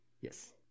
Yes